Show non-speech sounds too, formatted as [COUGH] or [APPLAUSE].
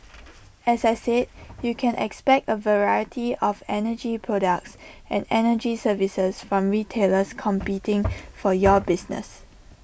[NOISE] as I said you can expect A variety of energy products and energy services from retailers competing for your business